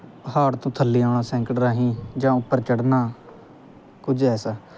ਪਹਾੜ ਤੋਂ ਥੱਲੇ ਆਉਣਾ ਸੈਂਕਲ ਰਾਹੀਂ ਜਾਂ ਉੱਪਰ ਚੜ੍ਹਨਾ ਕੁਝ ਐਸਾ